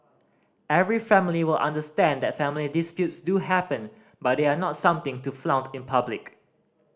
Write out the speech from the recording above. every family will understand that family disputes do happen but they are not something to flaunt in public